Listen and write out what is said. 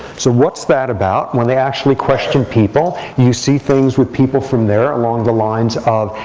so what's that about? when they actually question people, you see things with people from there along the lines of,